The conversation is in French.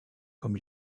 comme